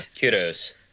kudos